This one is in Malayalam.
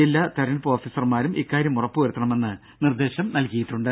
ജില്ലാ തിരഞ്ഞെടുപ്പ് ഓഫീസർമാരും ഇക്കാര്യം ഉറപ്പുവരുത്തണമെന്ന് നിർദ്ദേശം നൽകിയിട്ടുണ്ട്